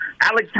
Alex